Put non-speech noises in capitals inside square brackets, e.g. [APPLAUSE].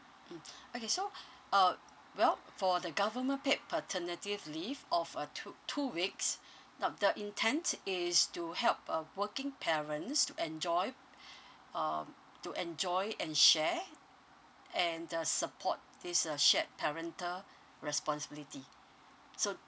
mm okay so uh well for the government paid paternity leave of uh two two weeks now the intend is to help um working parents to enjoy [BREATH] um to enjoy and share and uh support this uh shared parental responsibility so